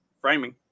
framing